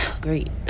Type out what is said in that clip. great